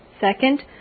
Second